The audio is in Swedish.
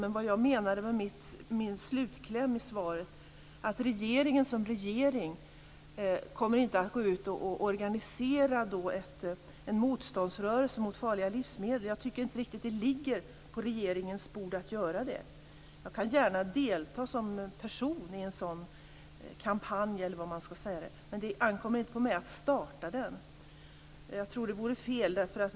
Men vad jag menade med min slutkläm i svaret var att regeringen som regering inte kommer att gå ut och organisera en motståndsrörelse mot farliga livsmedel. Det ligger inte riktigt på regeringens bord att göra det. Som person kan jag gärna delta i en sådan kampanj eller vad man skall kalla det, men det ankommer inte på mig att starta den. Jag tror att det vore fel.